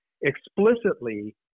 explicitly